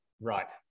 Right